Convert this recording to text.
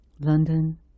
London